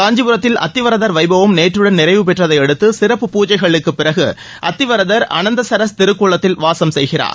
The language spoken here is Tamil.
காஞ்சிபுரத்தில் அத்திவரதர் வைபவம் நேற்றுடன் நிறைவு பெற்றதையடுத்து சிறப்பு பூஜைகளுக்குப் பிறகு அத்திவரதர் அனந்தசரஸ் திருக்குளத்தில் வாசம் செய்கிறார்